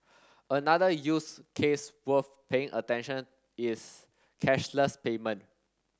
another use case worth paying attention is cashless payment